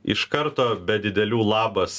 iš karto be didelių labas